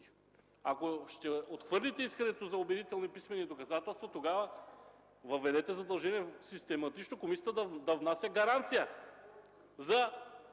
Ако отхвърлите искането за убедителни писмени доказателства, тогава въведете задължение систематично комисията да внася гаранция,